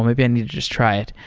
maybe i need to just try it.